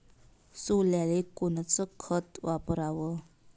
सोल्याले कोनचं खत वापराव?